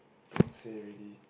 don't say already